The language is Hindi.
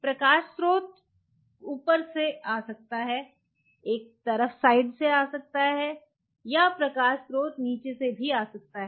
प्रकाश स्रोत ऊपर से आ सकता है एक तरफ से आ सकता है या प्रकाश स्रोत नीचे से भी आ सकता है